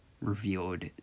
revealed